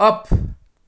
of